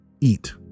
Eat